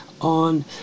on